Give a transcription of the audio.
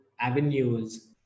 avenues